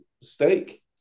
steak